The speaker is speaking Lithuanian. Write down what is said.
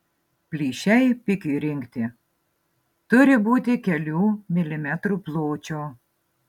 plyšiai pikiui rinkti turi būti kelių milimetrų pločio